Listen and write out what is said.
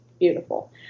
beautiful